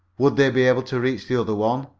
would they be able to reach the other one!